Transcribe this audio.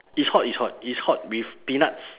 it's hot it's hot it's hot with peanuts